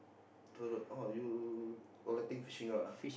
the rod oh you collecting fishing rod ah